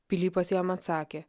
pilypas jam atsakė